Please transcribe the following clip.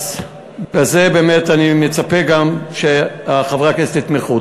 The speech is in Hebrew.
אז באמת, אני מצפה שחברי הכנסת יתמכו.